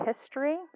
history